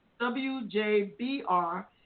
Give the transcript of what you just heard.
WJBR